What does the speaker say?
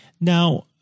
Now